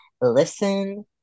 listen